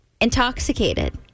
Intoxicated